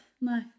No